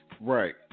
right